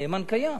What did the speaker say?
הנאמן קיים.